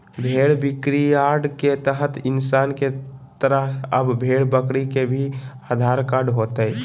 भेड़ बिक्रीयार्ड के तहत इंसान के तरह अब भेड़ बकरी के भी आधार कार्ड होतय